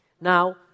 Now